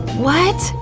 what?